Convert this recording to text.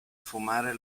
fumare